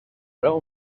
well